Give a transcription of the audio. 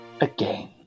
Again